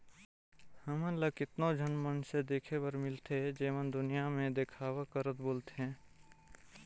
हमन ल केतनो झन मइनसे देखे बर मिलथें जेमन दुनियां में देखावा करत बुलथें